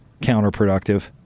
counterproductive